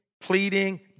pleading